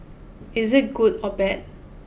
is it good or bad